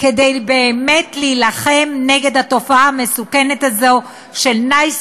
כדי באמת להילחם בתופעה המסוכנת הזאת של "נייס